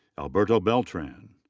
alberto beltran.